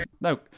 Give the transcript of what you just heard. No